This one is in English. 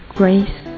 grace